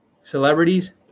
Celebrities